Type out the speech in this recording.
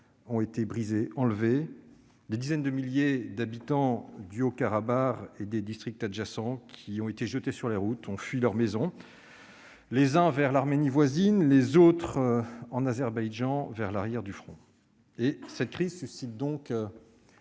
ont été brisées, des dizaines de milliers d'habitants du Haut-Karabagh et des districts adjacents ont été jetés sur les routes et ont fui leurs maisons, les uns vers l'Arménie voisine, les autres en Azerbaïdjan, vers l'arrière du front. Cette crise suscite une